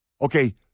Okay